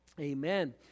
Amen